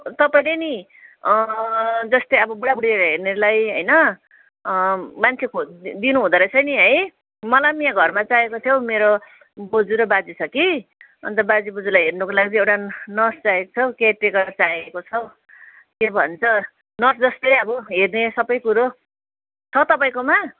तपाईँले नि जस्तै अब बुडा बुडीलाई हेर्नेलाई होइन मान्छे खोजिदिनु हुँदोरहेछ नि है मलाई पनि यहाँ घरमा चाहिएको थ्यो मेरो बोजू र बाजे छ कि अन्त बाजे बोजूलाई हेर्नकोलागि एउटा नर्स चाहिएको छ हौ केयर टेकर चाहिएको छ हौ के भन्छ नर्स जस्तै अब हेर्ने सबै कुरो छ तपाईँकोमा